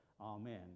Amen